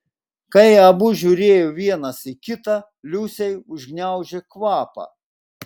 kai abu žiūrėjo vienas į kitą liusei užgniaužė kvapą